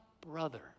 brother